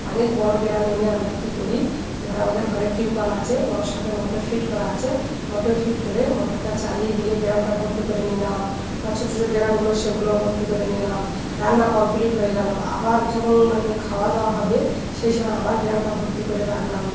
পানির বড়ো ড্রাম এনে আমরা কী করি ধর আমাদের ঘরে টিউবওয়েল আছে বা ওর সাথে মোটর ফিট করা আছে মোটর ফিট করে মোটরটা চালিয়ে দিয়ে ড্রামটা ভর্তি করে নিলাম বা ছোটো ছোটো ড্রামগুলো সেগুলোও ভর্তি করে নিলাম রান্না কমপ্লিট হয়ে গেলো আবার যখন মানে খাওয়া দাওয়া হবে সেই সময় আবার ড্রামটা ভর্তি করে রাখলাম